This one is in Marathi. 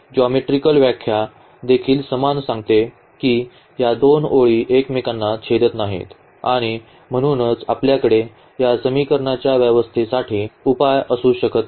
आणि जिओमेट्रीकल व्याख्या देखील समान सांगते की या दोन ओळी एकमेकांना छेदत नाहीत आणि म्हणूनच आपल्याकडे या समीकरणांच्या व्यवस्थेसाठी उपाय असू शकत नाही